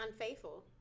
unfaithful